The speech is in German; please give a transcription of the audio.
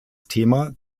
thema